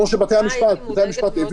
-- כמו שבתי המשפט הבינו,